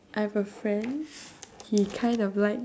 I've a friend he kind of like